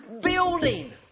building